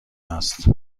است